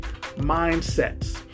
mindsets